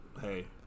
Hey